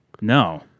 No